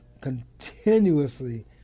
continuously